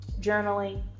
journaling